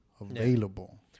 available